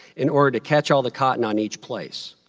in order to catch all the cotton on each place,